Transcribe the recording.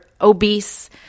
obese